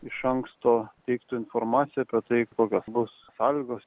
iš anksto teiktų informaciją apie tai kokios bus sąlygos